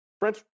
French